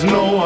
no